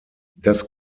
das